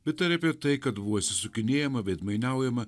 bet ir apie tai kad buvo išsisukinėjama veidmainiaujama